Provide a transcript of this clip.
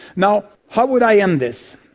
now, how would i end this?